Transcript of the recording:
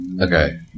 Okay